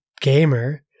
gamer